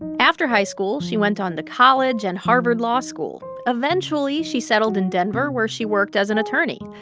and after high school, she went on to college and harvard law school. eventually, she settled in denver, where she worked as an attorney.